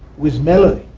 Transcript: with melody,